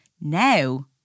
Now